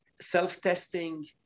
Self-testing